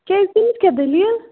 کیٛازِ تٔمِس کیٛاہ دٔلیٖل